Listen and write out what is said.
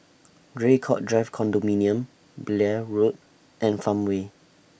Draycott Drive Condominium Blair Road and Farmway